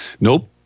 Nope